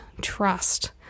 trust